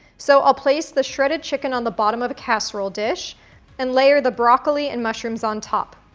so i'll place the shredded chicken on the bottom of a casserole dish and layer the broccoli and mushrooms on top.